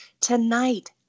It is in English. Tonight